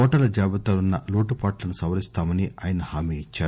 ఓటర్ల జాబితాలో ఉన్న లోటుపాట్లను సవరిస్తామని ఆయన హామీ ఇచ్చారు